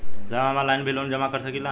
साहब हम ऑनलाइन भी लोन जमा कर सकीला?